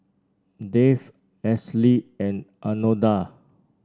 Dave Ashlea and Anona